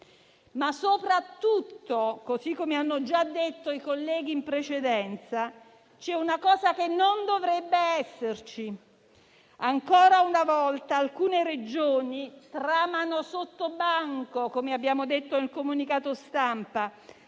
Soprattutto - così come hanno già detto i colleghi in precedenza - c'è una cosa che non dovrebbe esserci: ancora una volta, alcune Regioni tramano sottobanco - come abbiamo detto in un comunicato stampa